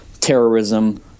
terrorism